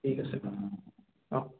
ঠিক আছে অঁ